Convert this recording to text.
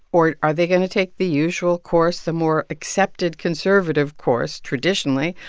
or are they going to take the usual course, the more accepted conservative course, traditionally,